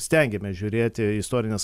stengiamės žiūrėti į istorines